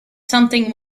something